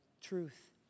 truth